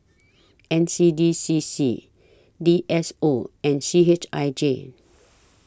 N C D C C D S O and C H I J